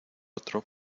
otro